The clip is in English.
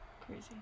Crazy